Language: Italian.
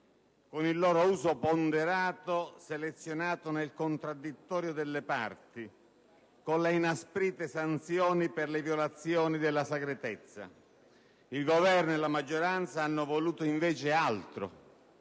con il loro uso ponderato selezionato nel contraddittorio delle parti, con le inasprite sanzioni per le violazioni della segretezza. Il Governo e la maggioranza hanno voluto invece altro